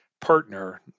Partner